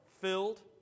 filled